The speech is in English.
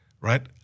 right